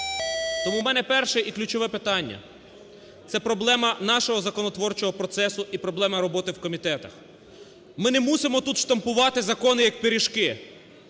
Тому у мене перше і ключове питання – це проблема нашого законотворчого процесу і проблема роботи в комітетах. Ми не мусимо тут штампувати закони як пиріжки,